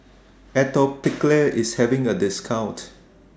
Atopiclair IS having A discount